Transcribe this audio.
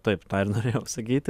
taip tą ir norėjau sakyti